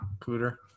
Cooter